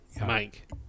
Mike